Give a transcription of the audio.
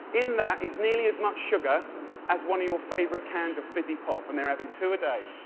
in that is nearly as much sugar as one of your favorite cans of fizzy pop, and they are having two a day.